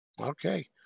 okay